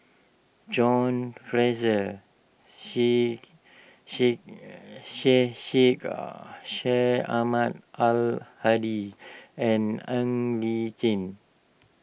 John Fraser Syed Sheikh Syed Ahmad Al Hadi and Ng Li Chin